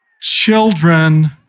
Children